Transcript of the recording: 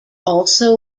also